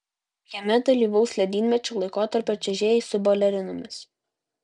jame dalyvaus ledynmečio laikotarpio čiuožėjai su balerinomis